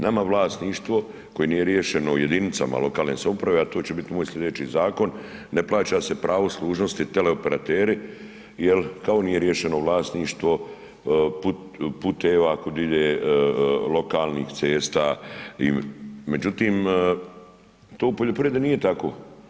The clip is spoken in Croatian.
Nama vlasništvo koje nije riješeno u jedinicama lokalne samouprave, a to će biti moj sljedeći zakon, ne plaća se pravo služnosti teleoperateri jer kao nije riješeno vlasništvo puteva kud ide lokalnih cesta i međutim tu u poljoprivredi nije tako.